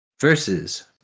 versus